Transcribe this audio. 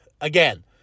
Again